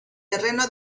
terreno